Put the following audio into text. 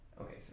Okay